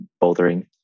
bouldering